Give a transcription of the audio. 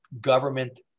government